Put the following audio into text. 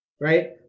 right